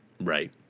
Right